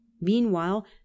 meanwhile